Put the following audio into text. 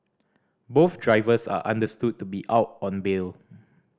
both drivers are understood to be out on bail